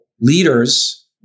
leaders